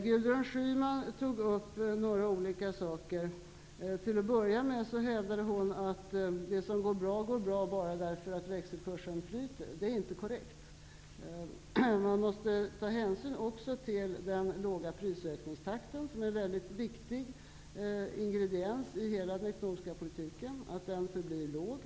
Gudrun Schyman tog upp en del olika frågor. Till en början hävdade hon att det som går bra, går bra bara därför att växelkursen flyter. Det är inte korrekt. Man måste också ta hänsyn till den låga prisökningstakten, som är en väldigt viktig ingrediens i hela den ekonomiska politiken, så att den förblir låg.